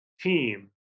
team